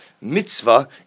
Mitzvah